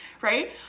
right